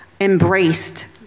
embraced